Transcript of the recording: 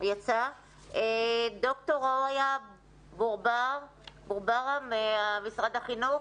איתנו ד"ר ראויה בורבארה ממשרד החינוך.